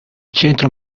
centro